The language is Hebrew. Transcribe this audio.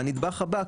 והנדבך הבא,